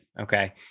Okay